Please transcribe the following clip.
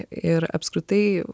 ir apskritai